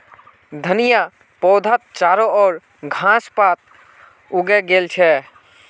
धनिया पौधात चारो ओर घास पात उगे गेल छ